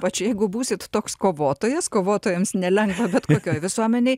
ypač jeigu būsite toks kovotojas kovotojams nelengva bet kokioj visuomenėj